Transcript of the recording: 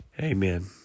Amen